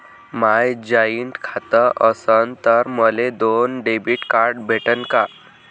माय joint खातं असन तर मले दोन डेबिट कार्ड भेटन का?